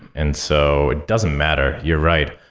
and so, it doesn't matter. you're right.